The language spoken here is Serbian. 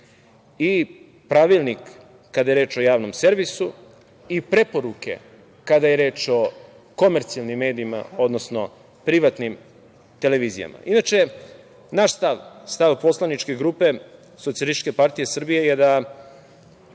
i pravilnik kada je reč o Javnom servisu i preporuke kada je reč o komercijalnim medijima, odnosno privatnim televizijama. Inače, naš stav, stav poslaničke grupe SPS je da mediji u Srbiji moraju da